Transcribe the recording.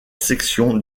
section